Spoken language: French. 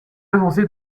avancée